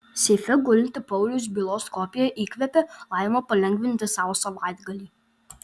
seife gulinti pauliaus bylos kopija įkvepia laimą palengvinti sau savaitgalį